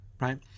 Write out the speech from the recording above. right